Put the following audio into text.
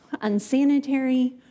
unsanitary